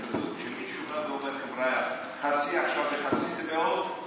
הזאת כשמישהו בא ואומר: חצי עכשיו וחצי בקרוב.